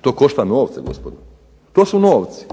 to košta novce gospodi. To su novci,